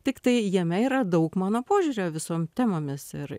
tiktai jame yra daug mano požiūrio visom temomis ir